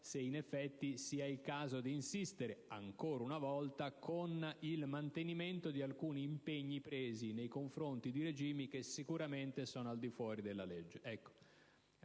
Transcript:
se, in effetti, sia il caso di insistere ancora una volta con il mantenimento di alcuni impegni presi nei confronti di regimi che sicuramente sono al di fuori della legalità